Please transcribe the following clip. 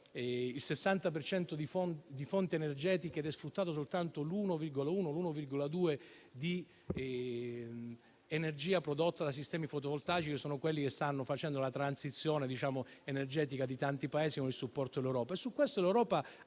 cento di fonti energetiche è sfruttato soltanto l'1,1-1,2 per cento di energia prodotta da sistemi fotovoltaici, che sono quelli che stanno facendo la transizione energetica di tanti Paesi con il supporto dell'Europa. Su questo l'Europa